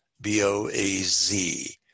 B-O-A-Z